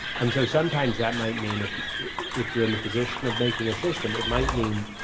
and so sometimes that might mean if if you're in the position of making a system it might mean